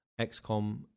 XCOM